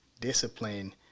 discipline